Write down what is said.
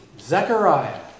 Zechariah